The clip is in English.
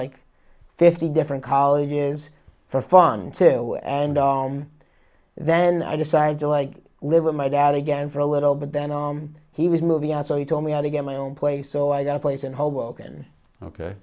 like fifty different colleges for fun and alm then i decided to like living my dad again for a little bit then i he was moving out so he told me how to get my own place so i got a place in hoboken ok